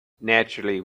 naturally